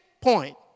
point